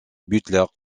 butler